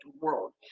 world